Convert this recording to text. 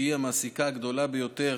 שהיא המעסיקה הגדולה ביותר